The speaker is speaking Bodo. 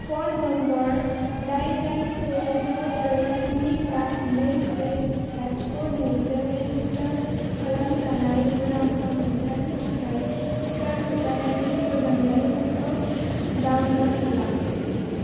फ'न नम्बर दाइन दाइन से द' ब्रै स्नि बा नै ब्रै लाथिख' नैजों रेजिसटार खालामजानाय मुलामफा मोनग्रानि थाखाय टिका थुजानायनि फोरमानलाइफोरखौ डाउनल'ड खालाम